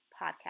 podcast